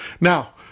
Now